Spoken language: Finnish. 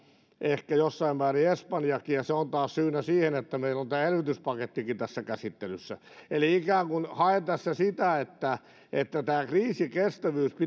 ehkä jossain määrin espanjakin ja se on taas syynä siihen että meillä on tämä elvytyspakettikin tässä käsittelyssä eli ikään kuin haen tässä sitä että että tämän kriisikestävyyden